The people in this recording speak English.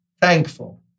thankful